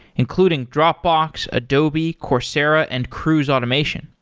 including dropbox, adobe, coursera and cruise automation.